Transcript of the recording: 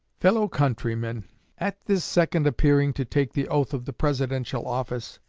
fellow-countrymen at this second appearing to take the oath of the presidential office,